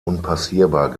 unpassierbar